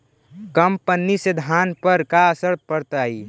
कम पनी से धान पर का असर पड़तायी?